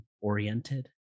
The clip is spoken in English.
oriented